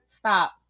stop